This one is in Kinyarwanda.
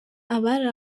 abari